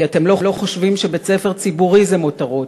כי אתם לא חושבים שבית-ספר ציבורי זה מותרות,